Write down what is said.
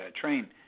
train